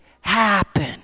happen